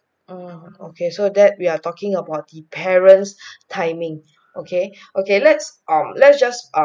mm okay so that we are talking about the parents timing okay okay let's um let's just